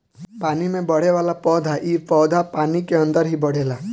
पानी में बढ़ेवाला पौधा इ पौधा पानी के अंदर ही बढ़ेला